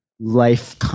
life